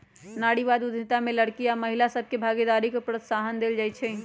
नारीवाद उद्यमिता में लइरकि आऽ महिला सभके भागीदारी को प्रोत्साहन देल जाइ छइ